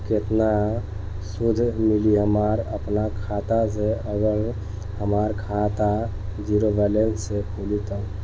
केतना सूद मिली हमरा अपना खाता से अगर हमार खाता ज़ीरो बैलेंस से खुली तब?